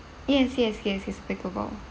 yes yes yes it's breakable